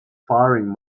faring